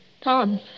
Tom